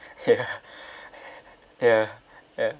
ya ya ya